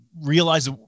realize